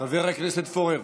חבר הכנסת פורר,